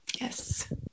Yes